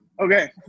Okay